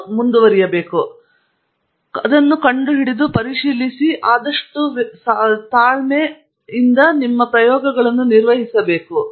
ಆದ್ದರಿಂದ ನೀವು ಅದನ್ನು ಸರಿಯಾಗಿವೆಯೇ ಎಂದು ಕಂಡುಹಿಡಿಯಬೇಕು ಆದರೆ ಅದು ಸಾಕಷ್ಟು ವೇಳೆ ನೀವು ಅದನ್ನು ಬಳಸಲು ಒಂದು ಸ್ಥಾನದಲ್ಲಿರಬೇಕು